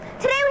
Today